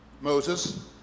Moses